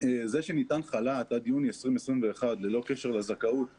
זה שניתן חל"ת עד יוני 2021 ללא קשר לזכאות הבסיסית,